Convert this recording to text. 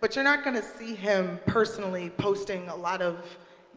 but you're not gonna see him personally posting a lot of